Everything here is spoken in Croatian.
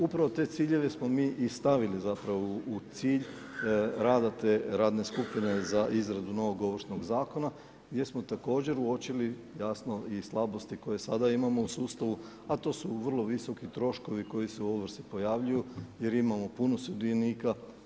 Upravo te ciljeve smo mi i stavili zapravo u cilj rada te radne skupine za izradu novog Ovršnog zakona gdje smo također uočili jasno i slabosti koje sada imamo u sustavu, a to su vrlo visoki troškovi koji se u ovrsi pojavljuju jer imamo puno sudionika.